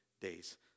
days